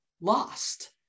lost